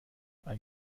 ein